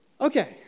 Okay